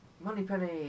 Moneypenny